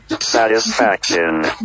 satisfaction